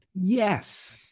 Yes